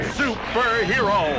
superhero